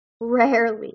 rarely